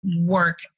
work